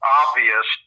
obvious